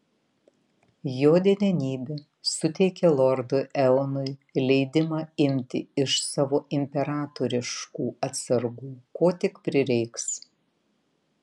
jo didenybė suteikė lordui eonui leidimą imti iš savo imperatoriškų atsargų ko tik prireiks